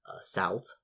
south